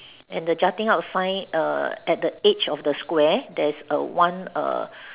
and the jutting out sign err at the edge of a square there's a one err